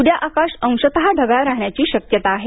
उद्या आकाश अंशत ढगाळ राहाण्याची शक्यता आहे